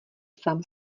sám